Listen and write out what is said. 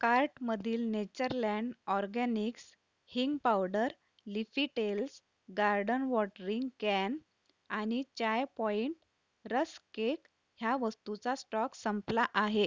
कार्टमधील Naturaland Organics हिंग powder Leafy Tales garden watering can आणि चाय पॉईंट रस्क केक ह्या वस्तूचा स्टॉक संपला आहे